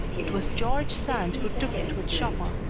it was george sand who took it with chopin.